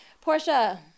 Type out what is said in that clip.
Portia